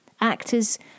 actors